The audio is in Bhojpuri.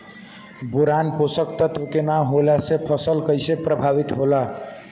बोरान पोषक तत्व के न होला से फसल कइसे प्रभावित होला?